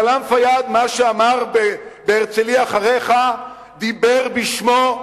סלאם פיאד, מה שאמר בהרצלייה אחריך, דיבר בשמו,